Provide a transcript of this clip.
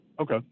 okay